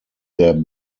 der